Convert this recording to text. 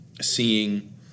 seeing